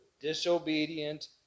disobedient